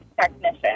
technician